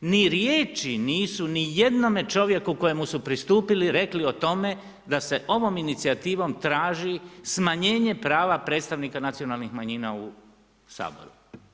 Ni riječi nisu ni jednome čovjeku kojemu su pristupili rekli o tome da se ovom inicijativom traži smanjenje prava predstavnika nacionalnih manjina u Saboru.